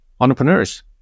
entrepreneurs